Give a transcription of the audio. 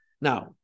Now